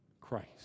Christ